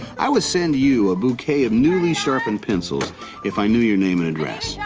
i would send you a bouquet of newly sharpened pencils if i knew your name and address. yeah